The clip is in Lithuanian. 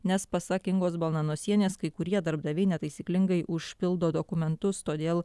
nes pasak ingos balnanosienės kai kurie darbdaviai netaisyklingai užpildo dokumentus todėl